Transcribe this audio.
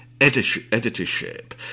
editorship